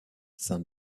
saint